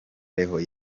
leon